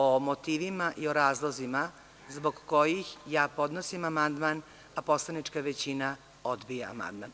O motivima i o razlozima zbog kojih ja podnosim amandman a poslanička većina odbija amandman.